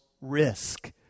risk